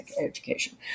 education